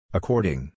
According